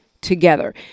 together